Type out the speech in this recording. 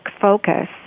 focus